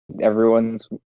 everyone's